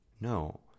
No